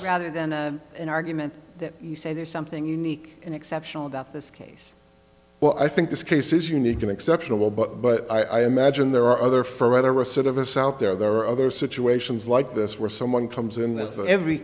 rather than an argument that you say there's something unique and exceptional about this case well i think this case is unique and exceptional but but i imagine there are other forever a set of us out there there are other situations like this where someone comes in if every